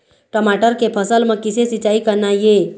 टमाटर के फसल म किसे सिचाई करना ये?